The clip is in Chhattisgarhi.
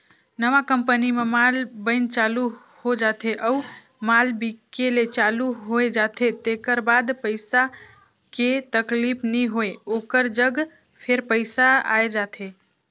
नवा कंपनी म माल बइन चालू हो जाथे अउ माल बिके ले चालू होए जाथे तेकर बाद पइसा के तकलीफ नी होय ओकर जग फेर पइसा आए जाथे